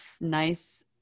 nice